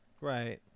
right